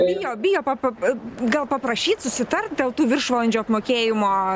bijo bijo papap gal paprašyt susitart dėl tų viršvalandžių apmokėjimo